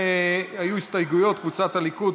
היו הסתייגויות של קבוצת הליכוד,